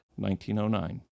1909